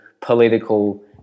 political